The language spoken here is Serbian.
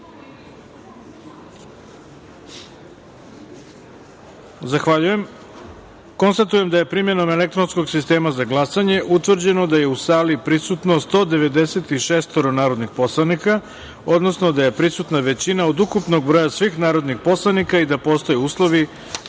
jedinice. Zahvaljujem. Konstatujem da je primenom elektronskog sistema za glasanje, utvrđeno da je u sali prisutno 196 narodnih poslanika, odnosno da je prisutna većina od ukupnog broja svih narodnih poslanika i da postoje uslovi